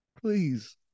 Please